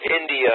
India